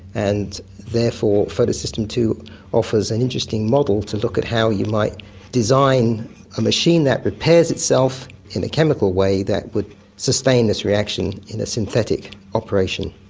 and therefore photosystem ii offers an interesting model to look at how you might design a machine that repairs itself in a chemical way that would sustain this reaction in a synthetic operation.